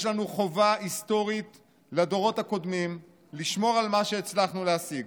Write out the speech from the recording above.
יש לנו חובה היסטורית לדורות הקודמים לשמור על מה שהצלחנו להשיג,